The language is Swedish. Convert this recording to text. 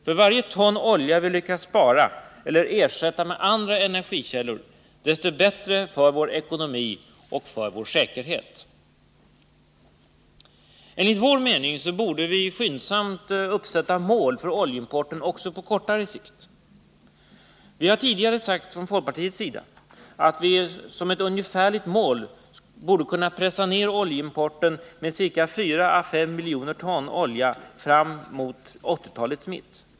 För varje ton olja vi lyckas spara eller ersätta med andra energikällor, desto bättre är det för vår ekonomi och för vår säkerhet. Enligt vår mening borde vi skyndsamt uppsätta mål för oljeimporten också på kortare sikt. Vi har tidigare från folkpartiets sida angivit som ett ungefärligt mål att vi borde kunna pressa ned oljeimporten med ca 4 å 5 miljoner ton olja fram till 1980-talets mitt.